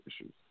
issues